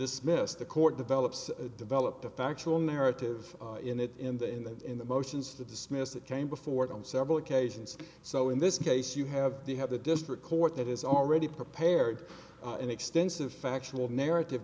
dismiss the court develops develop the factual narrative in it in the in the in the motions to dismiss that came before it on several occasions so in this case you have you have the district court that has already prepared an extensive factual narrative